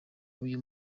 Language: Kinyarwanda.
uyu